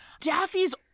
Daffy's